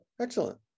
Excellent